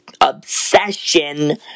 obsession